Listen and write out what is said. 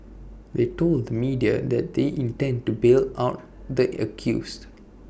they told media that they intend to bail out the accused